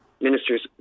ministers